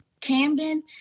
Camden